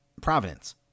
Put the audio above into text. Providence